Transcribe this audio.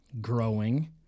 growing